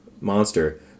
Monster